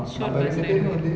short bus ride only